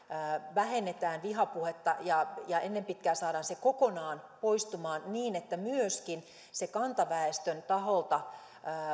vähennetään vihapuhetta ja ja ennen pitkää saadaan se kokonaan poistumaan niin että myöskään se kantaväestön taholta